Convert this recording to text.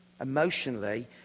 emotionally